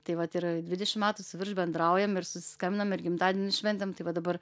tai vat ir dvidešim metų su virš bendraujam ir susiskambinam ir gimtadienį šventėm tai va dabar